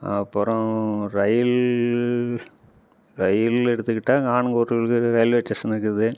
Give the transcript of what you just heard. அப்புறம் rail rail எடுத்துக்கிட்டா railway station இருக்குது